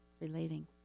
relating